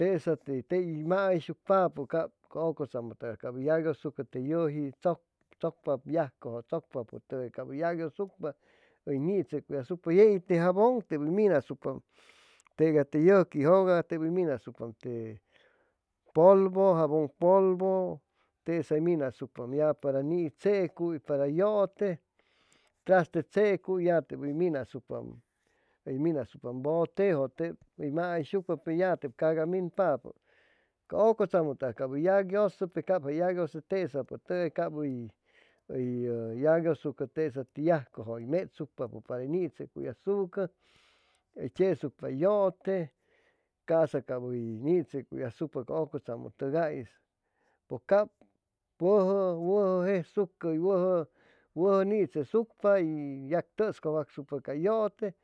Tesa te tey uy mauyshucpapu cab ucutsamu tugay yaguiusuccu te yuji tsucpapu yaj cuj tsucpa cab uy yaguiushucpa tega te yuki jugay teb uy minashucpa te jabun puluu tesa minashucpa para uy nitsecuy para yute traste tsecuy ya te uy minjashucpam bute'ju teb uy mauyshucpa ya te caga min papu ca ca ucutsamu u llaguiusucu tesa yajcuj uy vetspa para que uy nitsecuy asucpa ca ucutsumu tugay pues cab wuju jesucu ca wuju nitshucpa y ya tuscuwacshucpa ca yute